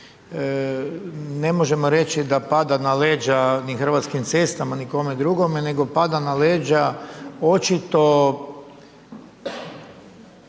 ne možemo reći da pada na leđa ni Hrvatskim cestama ni kome drugome nego pada na leđa očito